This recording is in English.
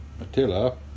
Attila